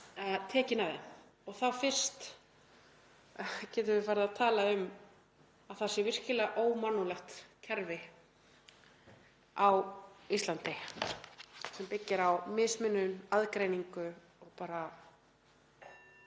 tekin af þeim. Þá fyrst getum við farið að tala um að það sé virkilega ómannúðlegt kerfi á Íslandi sem byggi á mismunun, aðgreiningu, bara